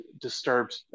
disturbed